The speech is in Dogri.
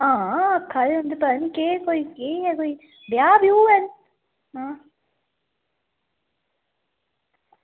हां आक्खा दे उं'दे पता निं केह् कोई केह् कोई ब्याह् ब्यू ऐ